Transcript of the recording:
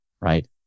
right